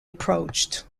approached